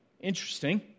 Interesting